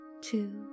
two